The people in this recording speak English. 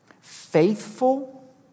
faithful